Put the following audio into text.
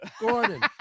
Gordon